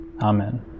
Amen